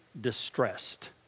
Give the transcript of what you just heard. distressed